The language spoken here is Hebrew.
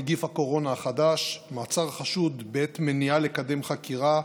נגיף הקורונה החדש) (מעצר חשוד בעת מניעה לקדם חקירה),